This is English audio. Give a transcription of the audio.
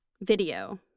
video